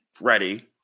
ready